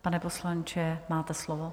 Pane poslanče, máte slovo.